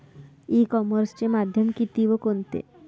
E कॉमर्सचे माध्यम किती व कोणते?